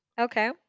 Okay